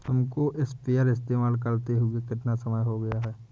तुमको स्प्रेयर इस्तेमाल करते हुआ कितना समय हो गया है?